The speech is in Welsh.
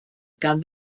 gan